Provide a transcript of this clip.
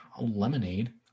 Lemonade